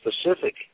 specific